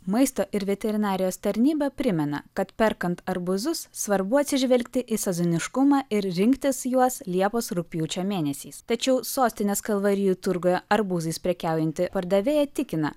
maisto ir veterinarijos tarnyba primena kad perkant arbūzus svarbu atsižvelgti į sezoniškumą ir rinktis juos liepos rugpjūčio mėnesiais tačiau sostinės kalvarijų turguje arbūzais prekiaujanti pardavėja tikina